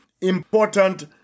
important